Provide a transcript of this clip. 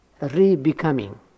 re-becoming